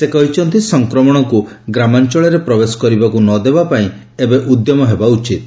ସେ କହିଛନ୍ତି ସଂକ୍ରମଣକୁ ଗ୍ରାମାଞ୍ଚଳରେ ପ୍ରବେଶ କରିବାକୁ ନଦେବା ପାଇଁ ଏବେ ଉଦ୍ୟମ ହେବା ଉଚିତ୍